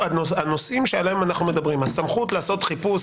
הנושאים שעליהם אנו מדברים - הסמכות לעשות חיפוש,